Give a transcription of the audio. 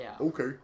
Okay